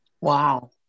Wow